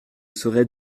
serait